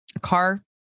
car